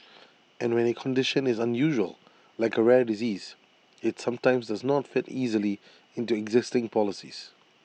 and when A condition is unusual like A rare disease IT sometimes does not fit easily into existing policies